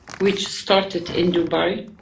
which started in dubai.